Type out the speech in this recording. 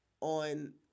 on